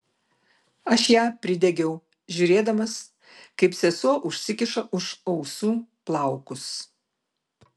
aš ją pridegiau žiūrėdamas kaip sesuo užsikiša už ausų plaukus